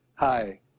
Hi